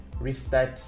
restart